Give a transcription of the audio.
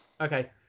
Okay